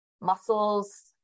muscles